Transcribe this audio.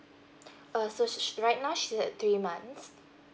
uh so she's right now she's at three months